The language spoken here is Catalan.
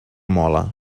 mola